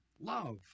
love